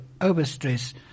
overstress